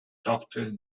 doctor